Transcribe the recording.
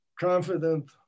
confident